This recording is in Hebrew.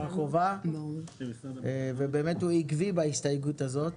החובה ובאמת הוא עיכבי בהסתייגות הזאת.